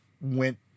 went